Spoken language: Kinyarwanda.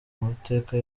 amateka